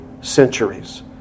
centuries